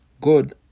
good